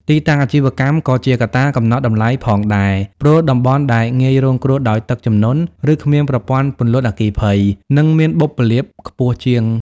ទីតាំងអាជីវកម្ម ក៏ជាកត្តាកំណត់តម្លៃផងដែរ ព្រោះតំបន់ដែលងាយរងគ្រោះដោយទឹកជំនន់ ឬគ្មានប្រព័ន្ធពន្លត់អគ្គិភ័យ នឹងមានបុព្វលាភខ្ពស់ជាង។